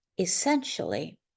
essentially